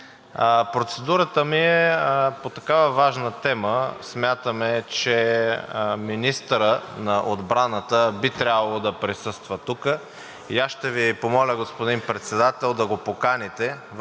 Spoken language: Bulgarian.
поздравя гостите. По такава важна тема смятаме, че министърът на отбраната би трябвало да присъства тук и аз ще Ви помоля, господин Председател, да го поканите